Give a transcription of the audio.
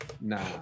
Nah